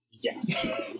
yes